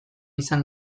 izan